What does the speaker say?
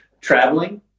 traveling